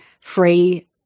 free